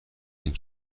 این